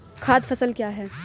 खाद्य फसल क्या है?